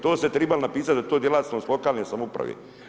To ste trebali napisati, da je to djelatnost lokalne samouprave.